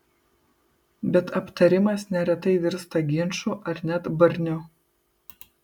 bet aptarimas neretai virsta ginču ar net barniu